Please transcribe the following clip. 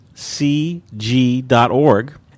cg.org